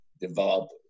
develop